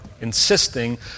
insisting